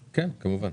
כן, כמובן.